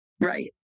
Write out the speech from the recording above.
right